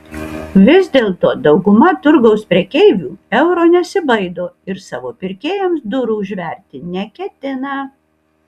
vis dėlto dauguma turgaus prekeivių euro nesibaido ir savo pirkėjams durų užverti neketina